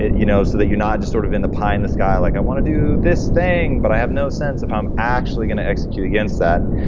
you know so that you're not just sort of in the pie in the sky, like, i want to do this thing, but i have no sense of how i'm actually going to execute against that.